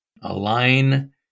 align